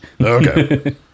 Okay